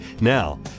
Now